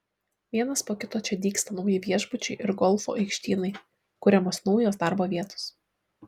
vienas po kito čia dygsta nauji viešbučiai ir golfo aikštynai kuriamos naujos darbo vietos